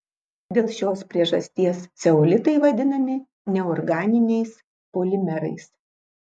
dėl šios priežasties ceolitai vadinami neorganiniais polimerais